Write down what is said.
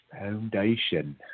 foundation